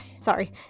Sorry